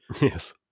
Yes